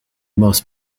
most